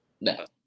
no